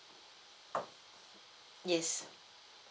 yes